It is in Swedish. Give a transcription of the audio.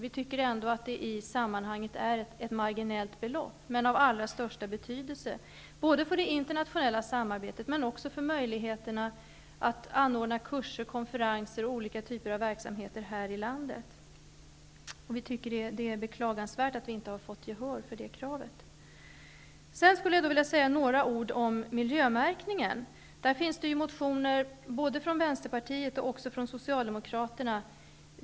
Vi tycker att det är ett i sammanhanget marginellt belopp, men av allra största betydelse, både för det internationella samarbetet och för möjigheterna att anordna kurser, konferenser och olika typer av verksamheter här i landet. Vi tycker att det är beklagansvärt att vi inte har fått gehör för det kravet. Sedan skulle jag vilja säga några ord om miljömärkningen. Det finns motioner både från Vänsterpartiet och från Socialdemokraterna.